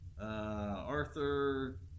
Arthur